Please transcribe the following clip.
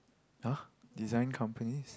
!huh! design companies